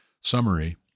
Summary